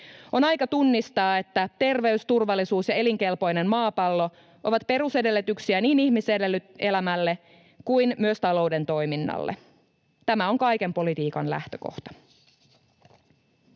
On aika tunnistaa, että terveys, turvallisuus ja elinkelpoinen maapallo ovat perusedellytyksiä niin ihmiselämälle kuin myös talouden toiminnalle. Tämä on kaiken politiikan lähtökohta.